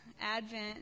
Advent